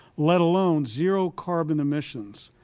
let alone zero carbon emissions,